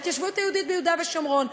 להתיישבות היהודית ביהודה ושומרון.